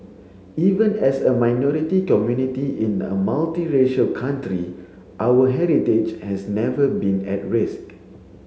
even as a minority community in a multiracial country our heritage has never been at risk